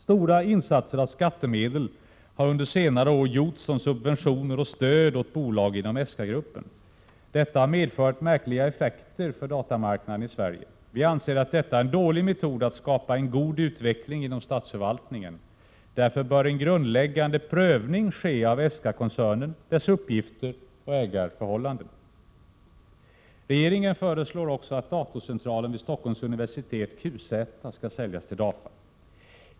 Stora insatser av skattemedel har under senare år gjorts i form av subventioner och stöd åt bolag inom ESKA-gruppen. Detta har medfört märkliga effekter för datamarknaden i Sverige. Vi anser att detta är en dålig metod att skapa en god utveckling inom statsförvaltningen. Därför bör en grundläggande prövning ske av ESKA-koncernen, dess uppgifter och ägandeförhållanden. Regeringen föreslår också att datorcentralen vid Stockholms universitet, QZ, skall säljas till DAFA.